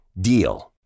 DEAL